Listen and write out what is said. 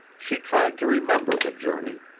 she tried to remember the journey,